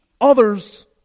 others